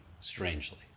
strangely